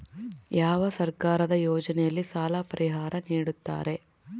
ಯಾವ ಸರ್ಕಾರದ ಯೋಜನೆಯಲ್ಲಿ ಸಾಲ ಪರಿಹಾರ ನೇಡುತ್ತಾರೆ?